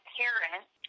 parents